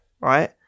right